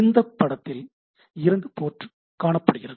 இந்தப்படத்தில் இரண்டு போர்ட் காணப்படுகிறது